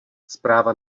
zpráva